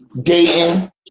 Dayton